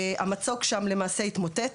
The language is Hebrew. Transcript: המצוק שם למעשה התמוטט